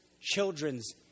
children's